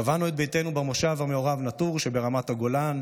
קבענו את ביתנו במושב המעורב נטור שברמת הגולן.